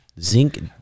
zinc